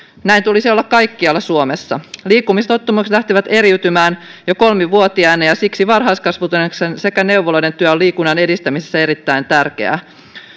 näin tulisi olla kaikkialla suomessa liikkumistottumukset lähtevät eriytymään jo kolmivuotiaana ja siksi varhaiskasvatuksen sekä neuvoloiden työ on liikunnan edistämisessä erittäin tärkeää